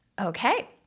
Okay